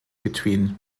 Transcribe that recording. between